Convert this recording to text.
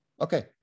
Okay